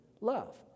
love